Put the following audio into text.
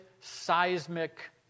seismic